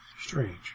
Strange